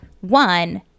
one